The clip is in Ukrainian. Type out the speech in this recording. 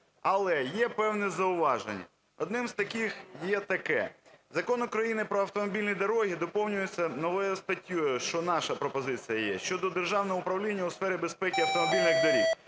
Але є певні зауваження. Одним з таких є таке. Закон України "Про автомобільні дороги" доповнюється новою статтею, що наша пропозиція є, щодо Державного управління у сфері безпеки автомобільних доріг.